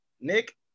Nick